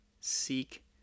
seek